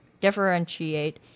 Differentiate